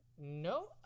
No